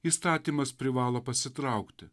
įstatymas privalo pasitraukti